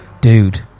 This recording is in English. Dude